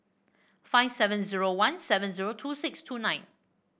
five seven zero one seven zero two six two nine